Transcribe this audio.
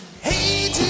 Hey